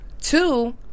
Two